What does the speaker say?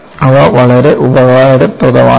അത് വളരെ ഉപയോഗപ്രദമാകും